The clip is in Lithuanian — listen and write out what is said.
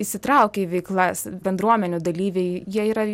įsitraukia į veiklas bendruomenių dalyviai jie yra